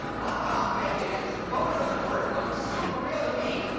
well, i don't know how fake it is. the photos of the birth look super real to me.